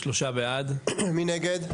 מי נגד?